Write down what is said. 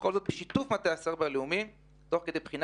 כל זאת בשיתוף מטה הסייבר הלאומי ותוך כדי בחינה